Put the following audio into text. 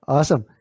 Awesome